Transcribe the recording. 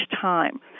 time